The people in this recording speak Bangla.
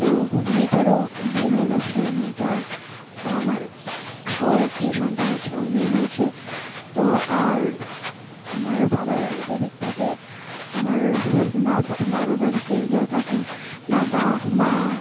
তো মেয়েটারও বিয়ে হয়ে গেছে মেয়েটার আমার ওর একটি সন্তান আছে ওর মেয়ে হয়েছে তো আর আমার বাবারদের দিক থেকে আমার বাবার বাড়িতে যারা থাকেন বাবা মা